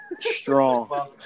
Strong